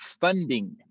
funding